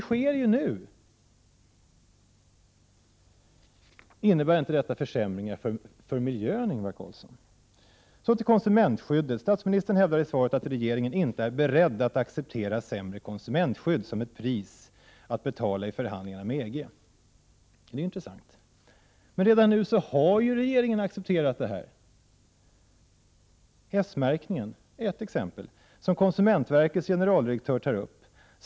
Ingvar Carlsson, innebär inte detta försämringar för miljön? Så till konsumentskyddet. Statsministern hävdar i svaret att regeringen inte är beredd att acceptera sämre konsumentskydd som ett pris att betala i förhandlingarna med EG. Det är intressant. Men redan nu har regeringen accepterat detta. S-märkningen är ett exempel som konsumentverkets generaldirektör tar upp.